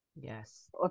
yes